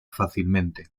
fácilmente